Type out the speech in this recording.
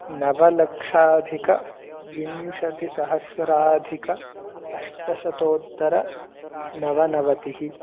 नवलक्षाधिकविंशतिसहस्राधिका अष्टशतोत्तरनवनवतिः